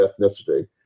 ethnicity